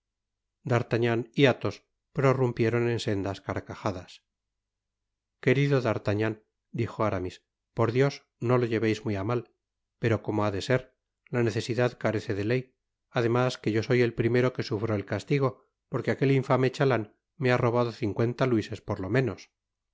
d'artagnan y athos prorrumpieron en sendas carcajadas querido d'artagnan dijo aramis por dios no lo lleveis muy á mal pero como ha de ser la necesidad carece de ley además que yo soy el primero que sufro el castigo porque aquel infame chalan me ha robado cincuenta luises por lo menos